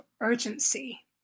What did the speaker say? urgency